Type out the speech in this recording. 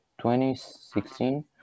2016